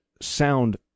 sound